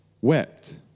wept